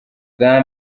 bwa